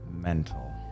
Mental